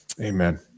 Amen